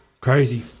crazy